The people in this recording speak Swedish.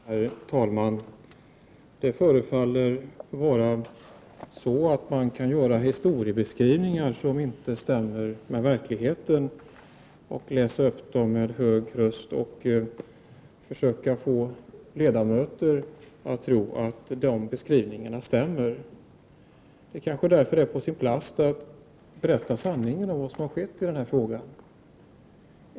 Herr talman! Det förefaller vara så att man kan göra historiebeskrivningar som inte stämmer med verkligheten och läsa upp dem med hög röst för att försöka få ledamöter att tro att de stämmer. Det kanske därför är på sin plats att berätta sanningen om vad som har skett i den här frågan.